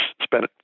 spent